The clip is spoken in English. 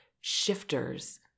shifters